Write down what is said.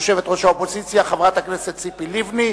יושבת-ראש האופוזיציה חברת הכנסת ציפי לבני.